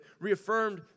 reaffirmed